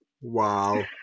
Wow